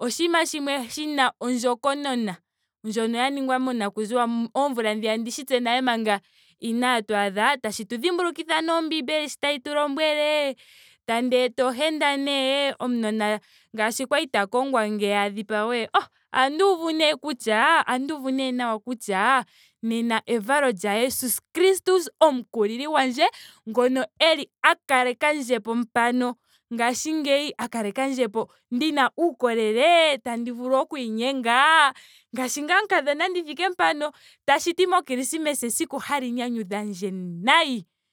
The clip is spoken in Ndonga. oshinima shimwe shina ondjokokonona ndjoka ya ningwa monakuziwa. oomvula dhiya tse ndishi tse nale manga inaatu adha. tashi tu dhimbulukitha nee sho ombiimbeli tayitu lombwele. tandi eta ohenda nee. omunona ngaashi kwali ta kongwa ngeya a dhipagwe. oh ohandi uvu nee kutya ohandi uvu nee nawa kutya nena evalo lya jesus kristus omukulili gwandje ngono eli a kalekandje po mpano ngaashingeyi. a kaleka ndjepo ndina uukolele. tandi vulu okwiinyenga. ngaashi ngaa omukadhona ndi thike mpano. tashiti mo krismesa esiku hali nyanyudha ndje nayi.